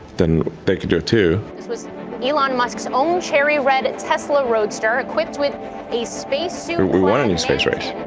then they can do it too. this was elon musk's own cherry-red tesla roadster, equipped with a space suit, man we want a new space race.